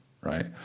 right